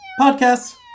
podcasts